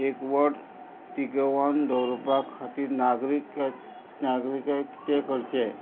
एकवट तिकेवान दवरपा खातीर नागरीक नागरीकाय तें करचें